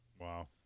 Wow